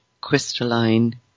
crystalline